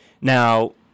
Now